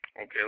Okay